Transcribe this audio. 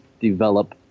develop